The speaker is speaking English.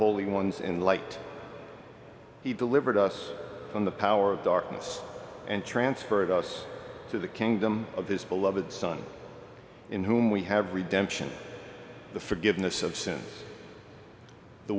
holy ones in light he delivered us from the power of darkness and transferred us to the kingdom of his beloved son in whom we have redemption the forgiveness of sins the